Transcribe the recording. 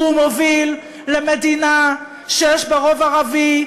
והוא מוביל למדינה שיש בה רוב ערבי,